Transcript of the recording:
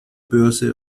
börse